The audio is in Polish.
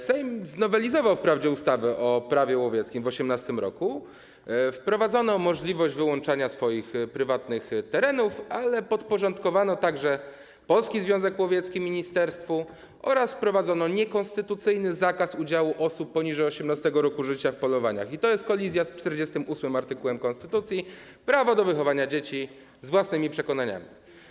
Sejm znowelizował wprawdzie ustawę - Prawio łowieckie w 2018 r., wprowadzono możliwość wyłączania swoich prywatnych terenów, ale podporządkowano także Polski Związek Łowiecki ministerstwu oraz wprowadzono niekonstytucyjny zakaz udziału osób poniżej 18. roku życia w polowaniach - to jest kolizja z art. 48 konstytucji: prawo do wychowania dzieci zgodnie z własnymi przekonaniami.